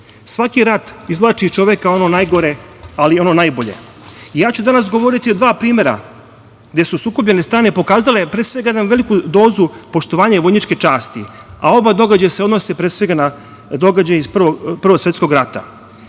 rat izvlači iz čoveka ono najgore, ali i ono najbolje. Ja ću danas govoriti o dva primera gde su sukobljene strane pokazale pre svega jednu veliku dozu poštovanja i vojničke časti, a oba događaja se odnose pre svega na događaje iz Prvog svetskog rata. Prva